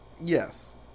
Yes